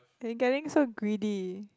they're getting so greedy